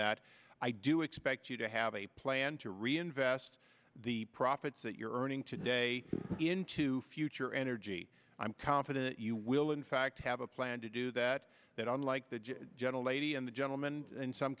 that i do expect you to have a plan to reinvest the profits that you're earning today into future energy i'm confident you will in fact have a plan to do that that unlike the gentle lady in the gentleman in some